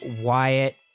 Wyatt